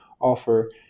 offer